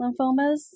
lymphomas